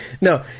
no